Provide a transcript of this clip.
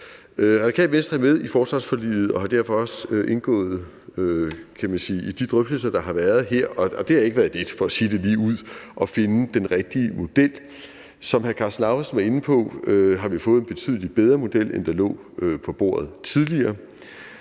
Radikale Venstre er med i forsvarsforliget og har derfor også indgået i de drøftelser, der har været her, og det har, for at sige det ligeud, ikke været let at finde den rigtige model. Som hr. Karsten Lauritzen var inde på, har vi jo fået en betydelig bedre model end den, der lå på bordet tidligere.